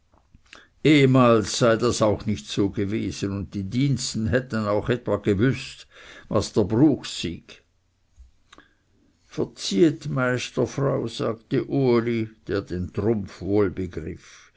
sei das nicht so gewesen und die diensten hätten auch öppe gwüßt was dr bruch syg vrzieht meisterfrau sagte uli der den trumpf wohl begriff